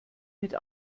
mit